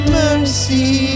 mercy